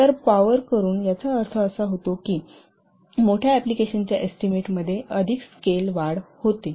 तर पॉवर करून याचा अर्थ असा होतो की मोठ्या एप्लिकेशनच्या एस्टीमेट मध्ये अधिक स्केल वाढ होते